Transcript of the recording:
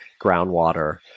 groundwater